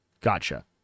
Gotcha